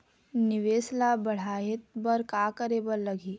निवेश ला बड़हाए बर का करे बर लगही?